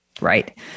Right